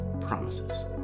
promises